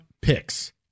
picks